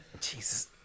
Jesus